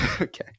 Okay